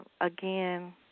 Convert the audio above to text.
again